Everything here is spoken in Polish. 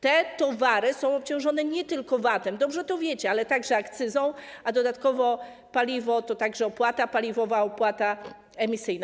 Te towary są obciążone nie tylko VAT-em, dobrze to wiecie, ale także akcyzą, a dodatkowo paliwo to także opłata paliwowa, opłata emisyjna.